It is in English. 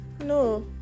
no